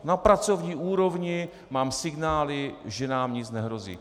Na pracovní úrovni mám signály, že nám nic nehrozí.